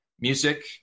music